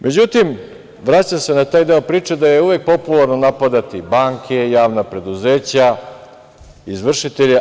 Međutim, vraćam se na taj deo priče da je uvek popularno napadati banke, javna preduzeća, izvršitelje.